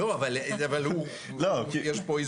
לא, אבל הוא --- יש פה היזון חוזר.